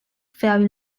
fell